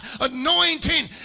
anointing